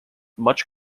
much